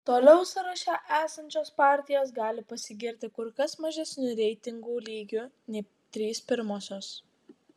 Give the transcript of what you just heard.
toliau sąraše esančios partijos gali pasigirti kur kas mažesniu reitingų lygiu nei trys pirmosios